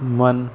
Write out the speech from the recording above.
मन